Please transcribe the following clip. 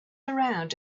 around